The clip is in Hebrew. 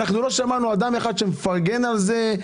לא שמענו אדם אחד שמפרגן על זה: